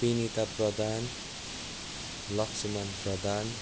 Binita Pradhan Lakshman Pradhan